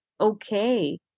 okay